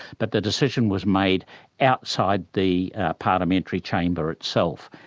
but the decision was made outside the parliamentary chamber itself.